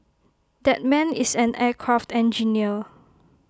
that man is an aircraft engineer